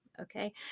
okay